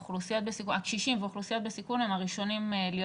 קשישים ואוכלוסיות בסיכון הם הראשונים להיות